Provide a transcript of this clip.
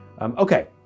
Okay